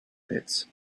pits